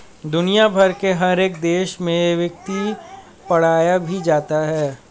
दुनिया भर के हर एक देश में वित्त पढ़ाया भी जाता है